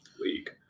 league